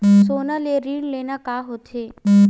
सोना ले ऋण लेना का होथे?